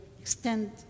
extend